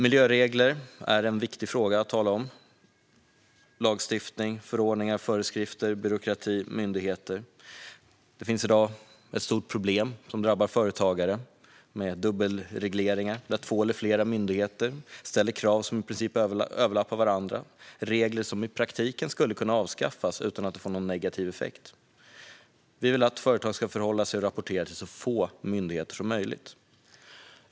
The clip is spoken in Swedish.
Miljöregler är en viktig fråga: lagstiftning, förordningar, föreskrifter, byråkrati och myndigheter. Det finns i dag ett stort problem med dubbelregleringar som drabbar företagare. Där ställer två eller fler myndigheter krav som i princip överlappar varandra. Det handlar om regler som i praktiken skulle kunna avskaffas utan att det får någon negativ effekt. Vi vill att företag ska förhålla sig och rapportera till så få myndigheter som möjligt.